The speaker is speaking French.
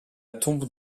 tombe